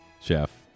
Chef